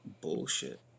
bullshit